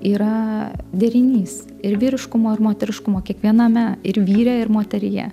yra derinys ir vyriškumo ir moteriškumo kiekviename ir vyre ir moteryje